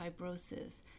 fibrosis